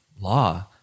law